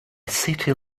city